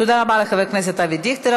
תודה רבה לחבר הכנסת אבי דיכטר.